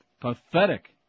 Pathetic